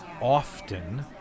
often